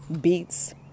beets